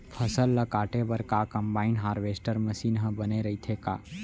फसल ल काटे बर का कंबाइन हारवेस्टर मशीन ह बने रइथे का?